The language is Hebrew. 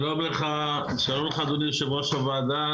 שלום לך אדוני יושב-ראש הוועדה.